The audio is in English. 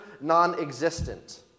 non-existent